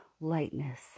lightness